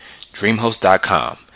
DreamHost.com